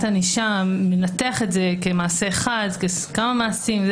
הענישה מנתח את זה כמעשה אחד או ככמה מעשים.